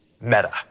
Meta